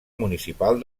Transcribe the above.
municipal